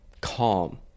calm